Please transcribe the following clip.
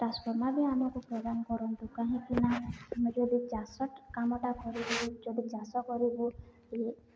transformer ବି ଆମକୁ ପ୍ରଦାନ କରନ୍ତୁ କାହିଁକିନା ଆମେ ଯଦି ଚାଷ କାମଟା କରିବୁ ଯଦି ଚାଷ କରିବୁ